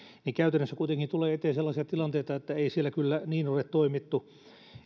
niin käytännössä kuitenkin tulee eteen sellaisia tilanteita että ei siellä kyllä niin ole toimittu